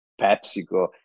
PepsiCo